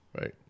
right